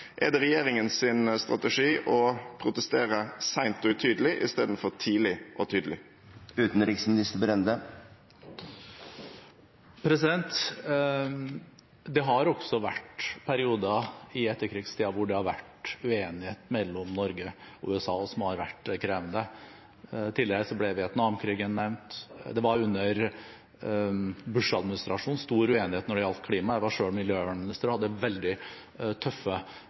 Er det regjeringens strategi å protestere sent og utydelig istedenfor tidlig og tydelig? Det har også vært perioder i etterkrigstiden hvor det har vært uenighet mellom Norge og USA, og som har vært krevende. Tidligere ble Vietnam-krigen nevnt, og det var under Bush-administrasjonen stor uenighet når det gjaldt klima, jeg var selv miljøvernminister og hadde veldig tøffe